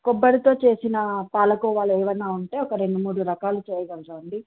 కొబ్బరితో చేసిన పాలకోవాలు ఏమైనా ఉంటే ఒక రెండు మూడు రకాలు చేయగలరా అండి